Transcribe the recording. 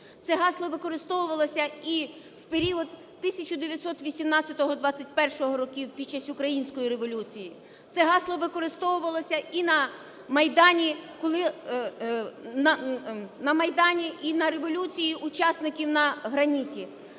Це гасло використовувалося і в період 1918-21-го років під час Української революції. Це гасло використовувалося і на Майдані, і на революції учасників на граніті,